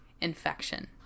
infection